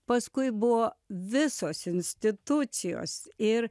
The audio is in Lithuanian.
paskui buvo visos institucijos ir